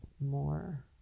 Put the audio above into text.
more